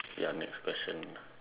ya next question